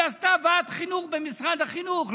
היא עשתה ועד חינוך במשרד החינוך,